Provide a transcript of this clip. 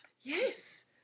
Yes